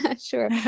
Sure